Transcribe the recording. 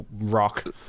rock